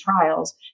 trials